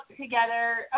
together